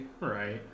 Right